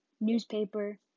newspaper